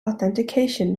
authentication